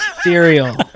cereal